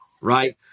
Right